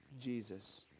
Jesus